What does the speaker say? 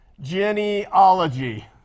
genealogy